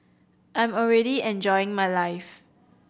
I'm already enjoying my life